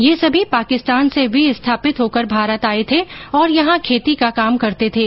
ये समी पाकिस्तान से विस्थापित होकर भारत आये थे और यहां खेती का काम करते थे